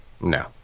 No